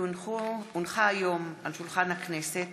כי הונחה היום על שולחן הכנסת,